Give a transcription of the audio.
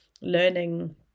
learning